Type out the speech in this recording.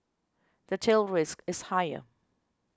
the tail risk is higher